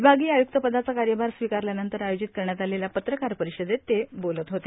विभागीय आयुक्तपदाचा कार्यभार स्वीकारल्यानंतर आयोजित करण्यात आलेल्या पत्रकार परिषदेत ते बोलत होते